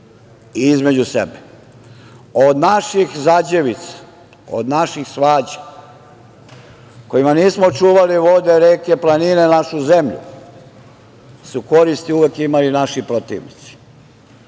i između sebe. Od naših zađevica, od naših svađa, kojima nismo čuvali vode, reke, planine, našu zemlju su koristi uvek imali naši protivnici.